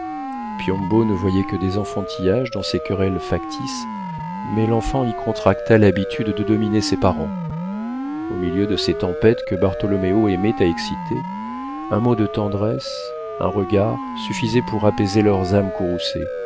ne voyait que des enfantillages dans ces querelles factices mais l'enfant y contracta l'habitude de dominer ses parents au milieu de ces tempêtes que bartholoméo aimait à exciter un mot de tendresse un regard suffisaient pour apaiser leurs âmes